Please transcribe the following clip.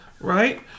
Right